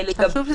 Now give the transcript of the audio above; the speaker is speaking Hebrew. חשוב שזה יצוין.